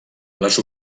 les